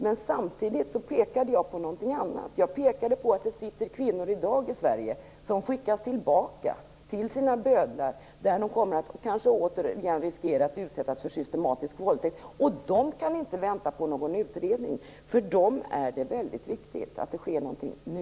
Men samtidigt pekade jag på någonting annat - att det finns kvinnor i Sverige i dag som skickas tillbaka till sina bödlar och riskerar att återigen utsättas för systematisk våldtäkt. De kan inte vänta på någon utredning! För dem är det väldigt viktigt att det sker någonting nu.